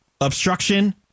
obstruction